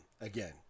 Again